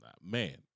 man